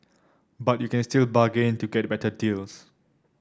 but you can still bargain to get better deals